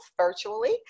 virtually